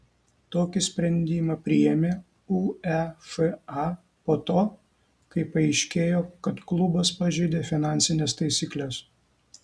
tokį sprendimą priėmė uefa po to kai paaiškėjo kad klubas pažeidė finansines taisykles